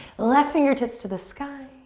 left fingertips to the sky.